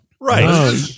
Right